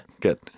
Good